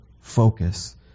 focus